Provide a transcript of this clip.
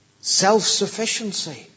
self-sufficiency